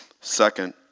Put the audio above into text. second